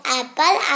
apple